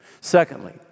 Secondly